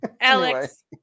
Alex